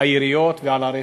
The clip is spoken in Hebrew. היריות ועל הרצח.